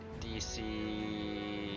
DC